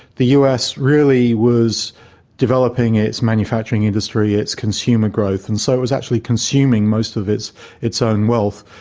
the us really was developing its manufacturing industry, its consumer growth, and so it was actually consuming most of its its own wealth.